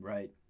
Right